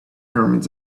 pyramids